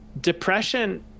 depression